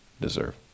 deserve